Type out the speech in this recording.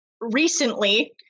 recently